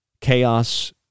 chaos